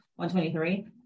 123